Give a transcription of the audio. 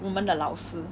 我们的老师